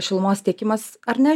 šilumos tiekimas ar ne